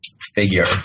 figure